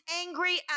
angry